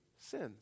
sins